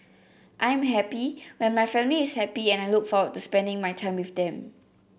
I am happy when my family is happy and I look forward to spending my time with them